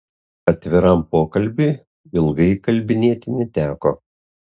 atviram pokalbiui ilgai įkalbinėti neteko